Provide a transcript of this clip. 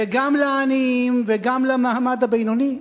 וגם לעניים, וגם למעמד הבינוני,